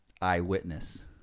Eyewitness